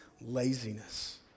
laziness